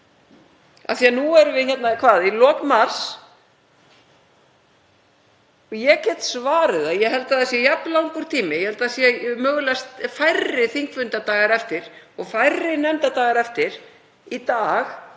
þá? Nú erum við hér í lok mars og ég get svarið það að ég held að það sé jafn langur tími eftir, mögulega færri þingfundadagar eftir og færri nefndadagar, í dag,